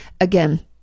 again